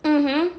mmhmm